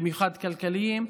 במיוחד כלכליים,